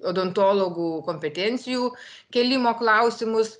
odontologų kompetencijų kėlimo klausimus